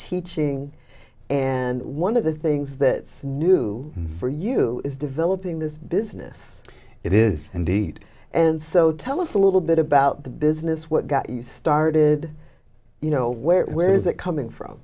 teaching and one of the things that is new for you is developing this business it is indeed and so tell us a little bit about the business what got you started you know where where is it coming from